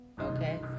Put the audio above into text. Okay